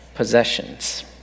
possessions